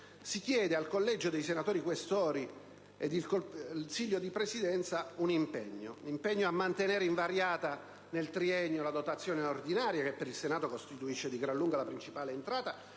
ed impegna il Collegio dei Senatori Questori ed il Consiglio di Presidenza: a mantenere invariata nel triennio la dotazione ordinaria (che, per il Senato, costituisce di gran lunga la principale entrata),